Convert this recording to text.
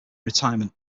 retirement